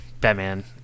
Batman